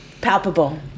Palpable